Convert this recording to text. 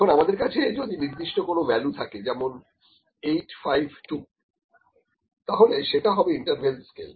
এখন আমাদের কাছে যদি নির্দিষ্ট কোন ভ্যালু থাকে যেমন 852 তাহলে সেটা হবে ইন্টারভেল স্কেল